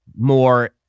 more